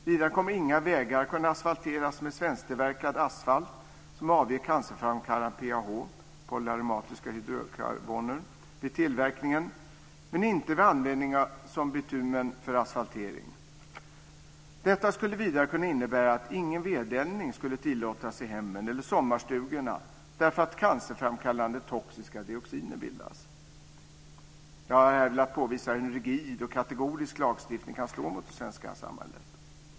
Vidare kommer inga vägar att kunna asfalteras med svensktillverkad asfalt som avger cancerframkallande PAH, polyaromatiska hydrokarboner, vid tillverkningen men inte vid användning som bitumen för asfaltering. Det skulle vidare kunna innebära att ingen vedeldning skulle tillåtas i hemmen eller sommarstugorna därför att cancerframkallande toxiska dioxiner bildas. Jag har här velat påvisa hur en rigid och kategorisk lagstiftning kan slå mot det svenska samhället.